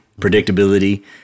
predictability